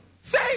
Say